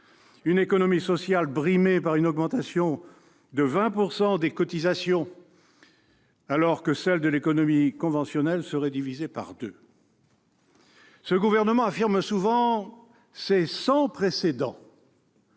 une économie sociale brimée par une augmentation de 20 % des cotisations, alors que celles de l'économie conventionnelle seraient divisées par deux. Ce gouvernement affirme souvent :« C'est sans précédent !